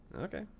Okay